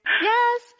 Yes